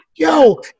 Yo